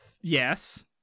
Yes